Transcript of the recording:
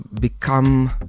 become